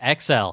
XL